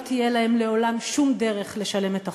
תהיה להם לעולם שום דרך לשלם את החוב.